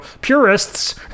purists